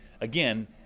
again